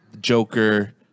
Joker